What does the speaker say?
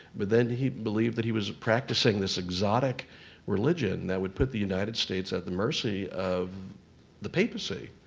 but then he believed that he was practicing this exotic religion that would put the united states at the mercy of the papacy,